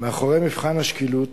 מאחורי מבחן השקילות